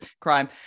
crime